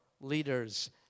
leaders